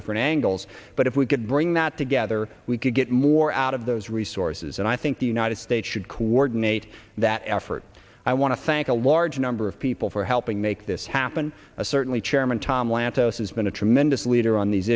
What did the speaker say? different angles but if we could bring that together we could get more out of those resources and i think the united states should coordinate that effort i want to thank a large number of people for helping make this happen certainly chairman tom lantos has been a tremendous leader on these